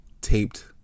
taped